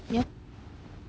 ya